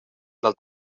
del